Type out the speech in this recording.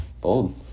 bold